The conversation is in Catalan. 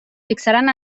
fixaran